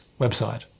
website